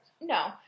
no